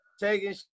Taking